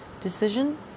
decision